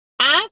ask